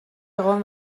egon